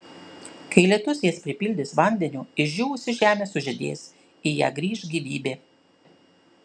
kai lietus jas pripildys vandeniu išdžiūvusi žemė sužydės į ją grįš gyvybė